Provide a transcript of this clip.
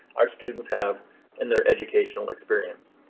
our students have in their educational experience.